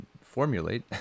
formulate